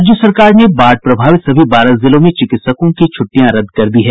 राज्य सरकार ने बाढ़ प्रभावित सभी बारह जिलों में चिकित्सकों की छुट्टियां रद्द कर दी है